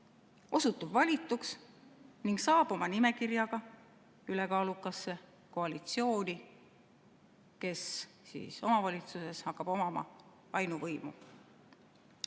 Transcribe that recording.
osutub valituks ning saab oma nimekirjaga ülekaalukasse koalitsiooni, kes omavalitsuses hakkab omama ainuvõimu,